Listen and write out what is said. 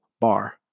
bar